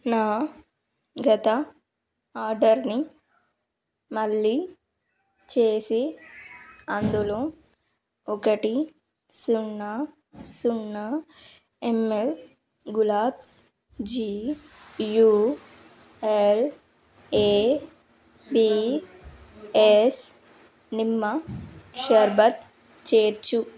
నా గత ఆర్డర్ని మళ్ళీ చేసి అందులో ఒకటి సున్నా సున్నా ఎంఎల్ గులాబ్స్ జియుఎల్ఏబిఎస్ నిమ్మ షర్బత్ చేర్చు